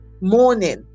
morning